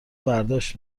برداشت